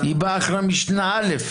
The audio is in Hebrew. היא באה אחרי משנה א'.